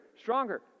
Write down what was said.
stronger